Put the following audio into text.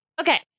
okay